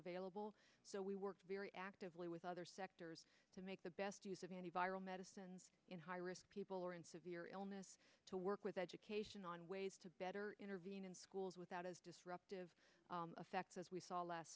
available so we work very actively with other sectors to make the best use of any medicine in high risk people are in severe illness to work with education on ways to better intervene in schools without as disruptive effect as we saw last